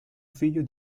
figlio